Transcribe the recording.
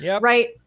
right